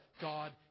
God